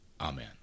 Amen